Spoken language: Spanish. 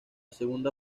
segunda